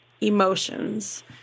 emotions